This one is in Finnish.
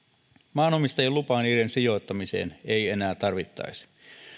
maanomistajien lupaa niiden sijoittamiseen ei enää tarvittaisi